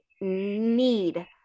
need